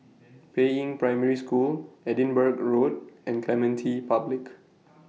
Peiying Primary School Edinburgh Road and Clementi Public